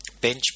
bench